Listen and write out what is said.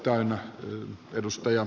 arvoisa puhemies